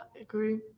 Agree